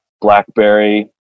Blackberry